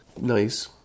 nice